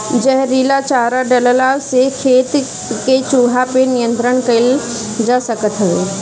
जहरीला चारा डलला से खेत के चूहा पे नियंत्रण कईल जा सकत हवे